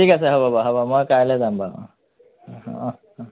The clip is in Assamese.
ঠিক আছে হ'ব বাৰু হ'ব মই কাইলৈ যাম বাৰু অ অ অ অ